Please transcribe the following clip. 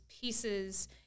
pieces